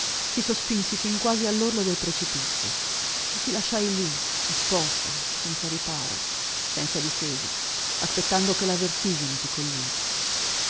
ti sospinsi fin quasi all'orlo del precipizio e ti lasciai lì esposta senza riparo senza difesa aspettando che la vertigine ti cogliesse